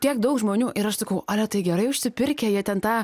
tiek daug žmonių ir aš sakau ale tai gerai užsipirkę jie ten tą